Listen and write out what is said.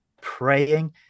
praying